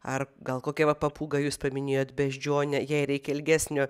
ar gal kokia va papūga jūs paminėjot beždžionę jei reikia ilgesnio